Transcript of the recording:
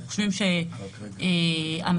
לדעתנו,